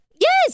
Yes